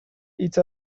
hitz